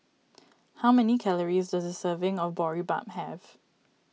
how many calories does a serving of Boribap have